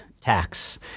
tax